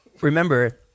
remember